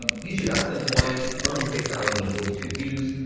ah youtube adsense wise, ninety six thousand and forty two views,